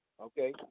okay